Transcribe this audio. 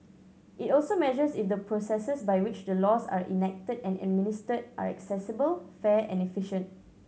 it also measures if the processes by which the laws are enacted and administered are accessible fair and efficient